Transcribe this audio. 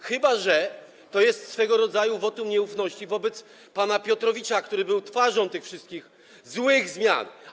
Chyba że to jest swego rodzaju wotum nieufności wobec pana Piotrowicza, który był twarzą tych wszystkich złych zmian.